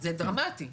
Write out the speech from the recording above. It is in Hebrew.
זה דרמטי.